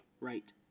Right